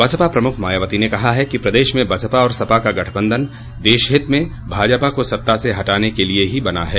बसपा प्रमुख मायावती ने कहा है कि प्रदेश में बसपा और सपा का गठबंधन देशहित में भाजपा को सत्ता से हटाने के लिए ही बना है